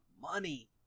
money